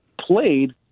played